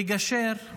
מגשר,